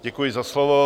Děkuji za slovo.